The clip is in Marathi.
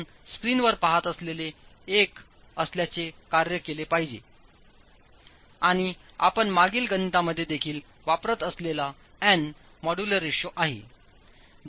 आपण स्क्रीनवर पहात असलेले एक असल्याचे कार्य केले पाहिजे आणिआपण मागील गणितांमध्ये देखील वापरतअसलेला n मॉड्यूलर रेश्यो आहे